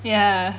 ya